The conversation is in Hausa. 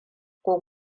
ko